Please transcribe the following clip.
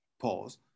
Pause